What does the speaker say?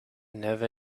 never